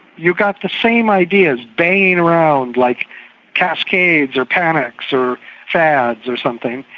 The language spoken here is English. you got the same ideas banging around like cascades or panics or fads or something,